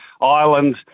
Ireland